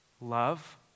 love